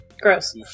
Gross